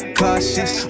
cautious